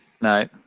No